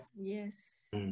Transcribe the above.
yes